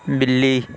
بلی